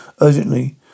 urgently